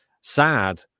sad